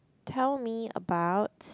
tell me about